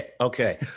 okay